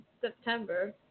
September